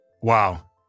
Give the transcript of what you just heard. Wow